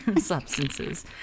substances